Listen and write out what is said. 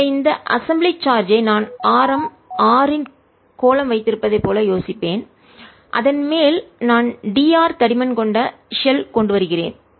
எனவே இந்த அசம்பிலி தொகுதி சார்ஜ் ஐ நான் ஆரம் r இன் கோளம் வைத்திருப்பதைப் போல யோசிப்பேன் அதன் மேல் நான் dr தடிமன் கொண்ட ஷெல் கொண்டு வருகிறேன்